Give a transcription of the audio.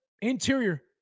interior